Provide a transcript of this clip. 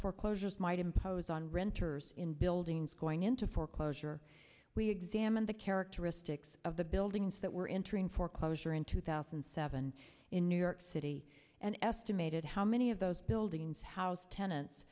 foreclosures might impose on renters in buildings going into foreclosure we examine the characteristics of the buildings that were entering foreclosure in two thousand and seven in new york city an estimated how many of those buildings house tenants